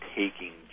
taking